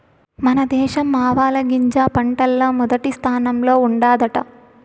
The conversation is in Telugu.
మన దేశం ఆవాలగింజ పంటల్ల మొదటి స్థానంలో ఉండాదట